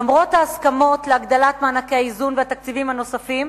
למרות ההסכמות להגדלת מענקי האיזון והתקציבים הנוספים,